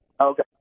Okay